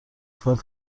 فرد